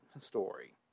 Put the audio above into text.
story